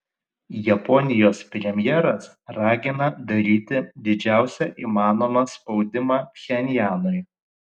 japonijos premjeras ragina daryti didžiausią įmanomą spaudimą pchenjanui